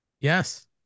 Yes